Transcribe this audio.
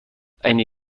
eine